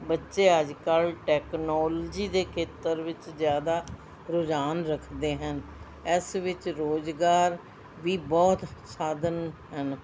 ਬੱਚੇ ਅੱਜ ਕੱਲ੍ਹ ਟੈਕਨੋਲਜੀ ਦੇ ਖੇਤਰ ਵਿੱਚ ਜ਼ਿਆਦਾ ਰੁਝਾਨ ਰੱਖਦੇ ਹਨ ਇਸ ਵਿੱਚ ਰੁਜ਼ਗਾਰ ਵੀ ਬਹੁਤ ਸਾਧਨ ਹਨ